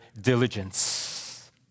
diligence